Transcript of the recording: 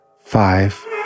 Five